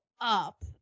up